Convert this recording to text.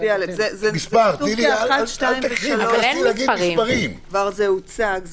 זה כבר הוצג.